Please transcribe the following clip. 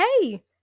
hey